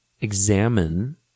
examine